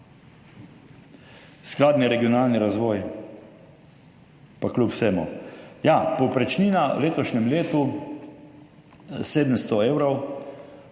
Skladni regionalni razvoj, kljub vsemu. Ja, povprečnina v letošnjem letu 700 evrov.